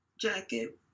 jacket